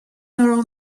around